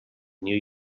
new